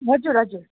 हजुर हजुर